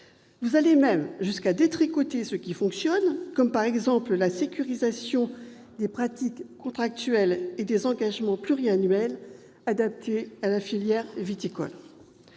Vous allez même jusqu'à détricoter ce qui fonctionne, par exemple la sécurisation des pratiques contractuelles et des engagements pluriannuels adaptés à la filière viticole.